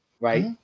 right